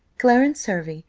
clarence hervey,